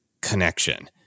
connection